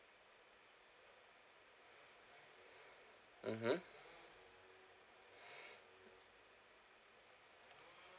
mmhmm